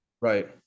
Right